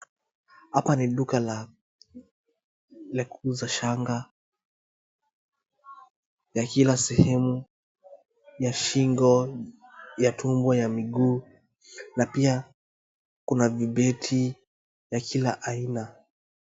Hapa ni duka la kuuza shanga ya kila sehemu, ya shingo, ya tumbo, ya miguu na pia kuna vibeti vya kila aina.